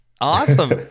awesome